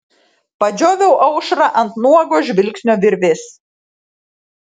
padžioviau aušrą ant nuogo žvilgsnio virvės